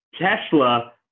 Tesla